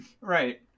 right